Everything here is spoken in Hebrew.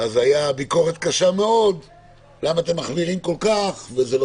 הייתה ביקורת קשה מאוד למה אתם מחמירים כל כך וזה לא